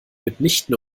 mitnichten